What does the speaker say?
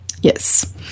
Yes